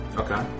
okay